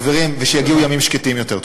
חברים, ושיגיעו ימים שקטים יותר.